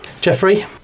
Jeffrey